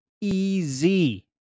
easy